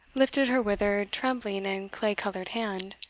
lifted her withered, trembling, and clay-coloured hand,